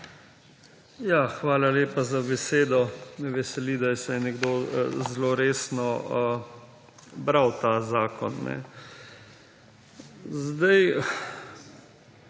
Hvala lepa za besedo. Me veseli, da je vsaj nekdo zelo resno bral ta zakon.